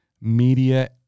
media